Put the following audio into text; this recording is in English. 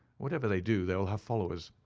whatever they do, they will have followers.